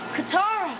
Katara